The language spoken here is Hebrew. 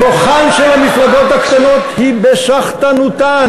כוחן של המפלגות הקטנות הוא בסחטנותן.